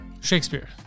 Shakespeare